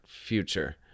future